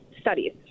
studies